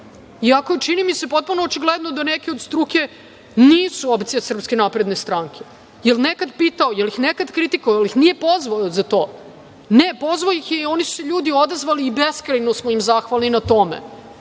je, čini mi se, potpuno očigledno da neki od struke nisu opcija SNS. Da li ih je nekad pitao? Da li ih je nekad kritikovao? Je li ih nije pozvao za to? Ne, pozvao ih je i oni su se ljudi odazvali i beskrajno smo im zahvalni na tome.